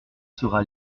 sera